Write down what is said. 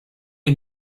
you